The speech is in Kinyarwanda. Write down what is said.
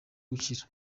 gukira